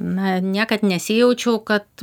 na niekad nesijaučiau kad